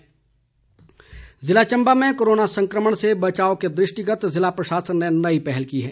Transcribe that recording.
washing pods ज़िला चम्बा में corona संक्रमण से बचाव के दृष्टिगत ज़िला प्रशासन ने नई पहल की है